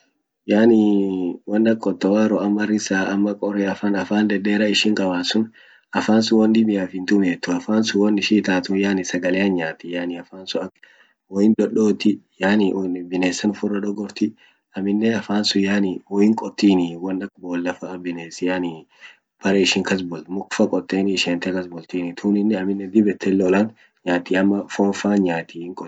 Yanii won ak Qotowaro ama Risa ama Qoreafan afan dedera ishin qabat sun afan sun won dibiaf hintumietuu afan sun won ishin itatun yani sagalean nayati yani afan sun woin dodoti yani binesan ufirra dogorti amine afan sun yani woin qotini won lafa bines yani bere ishin kas bult mukfa qoteni ishente kasbultini tunine amine dib yette lolan nyati ama fonfan nyati hinqotini fon.